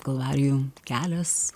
kalvarijų kelias